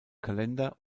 kalender